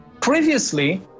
Previously